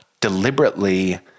Deliberately